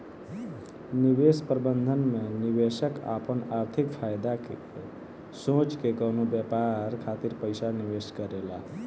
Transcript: निवेश प्रबंधन में निवेशक आपन आर्थिक फायदा के सोच के कवनो व्यापार खातिर पइसा निवेश करेला